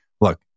look